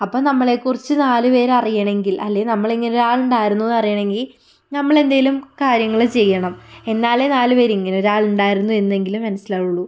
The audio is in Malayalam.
അപ്പം നമ്മളെ കുറിച്ച് നാല് പേര് അറിയണമെങ്കിൽ അല്ലേ നമ്മൾ ഇങ്ങനെ ഒരാൾ ഉണ്ടായിരുന്നുവെന്ന് അറിയണമെങ്കിൽ നമ്മൾ എന്തെങ്കിലും കാര്യങ്ങൾ ചെയ്യണം എന്നാലേ നാല് പേര് ഇങ്ങനെ ഒരാളുണ്ടായിരുന്നു എന്നെങ്കിലും മനസ്സിലാവുകയുള്ളൂ